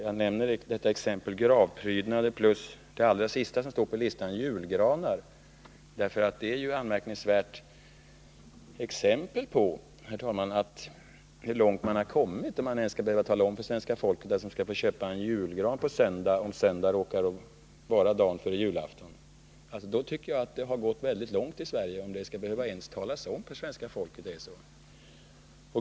Jag nämner detta exempel, gravprydnader, plus det allra sista exemplet som står på listan, nämligen julgranar, därför att det är anmärkningsvärda exempel, herr talman, på hur långt man har kommit, om man ens skall behöva tala om för svenska folket att det går bra att köpa julgran på söndag, om söndagen råkar vara dagen före julafton. Då tycker jag att det har gått väldigt långt i Sverige, om det ens skall behöva meddelas svenska folket.